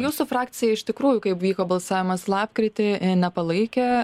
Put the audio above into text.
jūsų frakcija iš tikrųjų kaip vyko balsavimas lapkritį nepalaikė